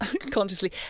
consciously